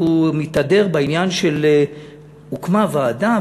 והוא מתהדר בעניין שהוקמה ועדה,